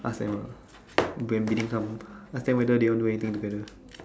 ask them ah when bidding come ask them whether want do anything together